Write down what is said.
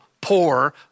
poor